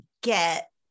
get